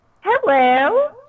hello